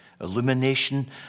illumination